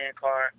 car